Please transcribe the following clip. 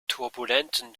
turbulenten